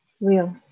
real